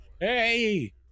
Hey